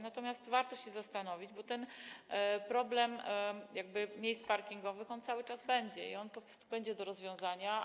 Natomiast warto się zastanowić, bo ten problem miejsce parkingowych cały czas będzie i on będzie do rozwiązania.